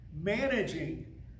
managing